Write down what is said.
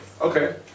Okay